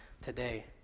today